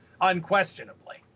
unquestionably